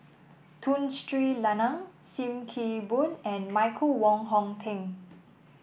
Tun Sri Lanang Sim Kee Boon and Michael Wong Hong Teng